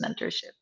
mentorship